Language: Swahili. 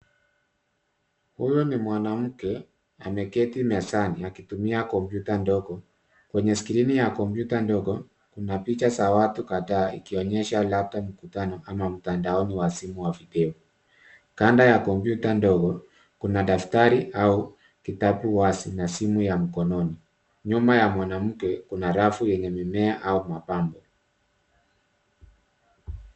Huyu ni mwanamke ameketi mezani, akitumia kompyuta ndogo. Kwenye skrini ya kompyuta ndogo, kuna picha za watu kadhaa, ikionyesha labda mkutano wa mtandaoni wa simu wa video. Kando ya kompyuta ndogo, kuna daftari au kitabu wazi na simu ya mkononi. Nyuma ya mwanamke, kuna rafu yenye mimea au mapambo.